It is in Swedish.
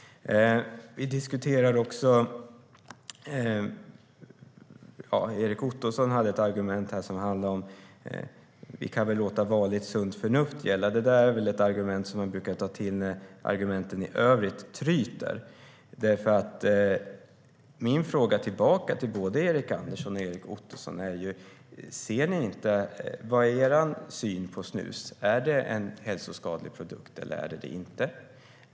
Erik Ottoson hade argumentet att vi borde låta vanligt sunt förnuft gälla. Det är väl ett argument man brukar ta till när argumenten i övrigt tryter. Mina frågor tillbaka till både Erik Andersson och Erik Ottoson är: Vad är er syn på snus? Är det en hälsoskadlig produkt eller inte?